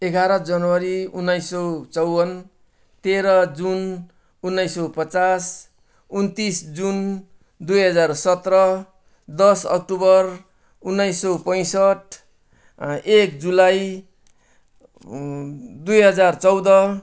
एघार जनवरी उनाइस सय चवन्न तेह्र जुन उनाइस सय पचास उनन्तिस जुन दुई हजार सत्र दस अक्टोबर उनाइस सय पैँसट्ठी एक जुलाई दुई हजार चौध